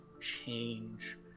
change